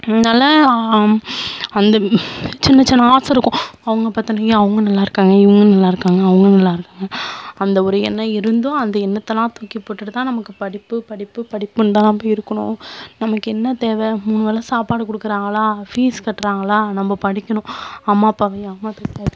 முன்னெல்லாம் அந்த சின்ன சின்ன ஆசை இருக்கும் அவங்க பார்த்தோன்னா ஏ அவங்க நல்லாருக்காங்கள் இவங்க நல்லாருக்காங்கள் அவங்க நல்லாருக்காங்கள் அந்த ஒரு எண்ணம் இருந்தும் அந்த எண்ணத்தைலாம் தூக்கி போட்டுட்டு தான் நமக்கு படிப்பு படிப்பு படிப்புன்னு தான் நம்ம இருக்கணும் நமக்கு என்ன தேவை மூணு வேளை சாப்பாடு கொடுக்குறாங்களா ஃபீஸ் கட்டுறாங்களா நம்ம படிக்கணும் அம்மா அப்பாவையும்